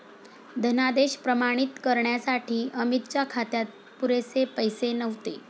धनादेश प्रमाणित करण्यासाठी अमितच्या खात्यात पुरेसे पैसे नव्हते